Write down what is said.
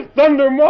Thunder